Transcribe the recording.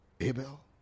Abel